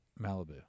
Malibu